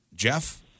Jeff